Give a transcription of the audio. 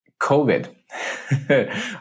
COVID